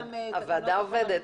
הוועדה עובדת.